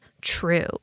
true